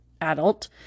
adult